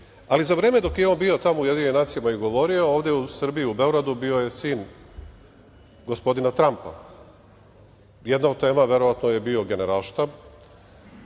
Ali za vreme dok je on bio tamo u UN i govorio, ovde u Srbiji, u Beogradu, bio je sin gospodina Trampa. Jedna od tema verovatno je bila Generalštab.